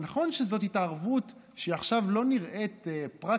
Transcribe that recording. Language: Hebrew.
נכון שזאת התערבות שעכשיו לא נראית פרקטית,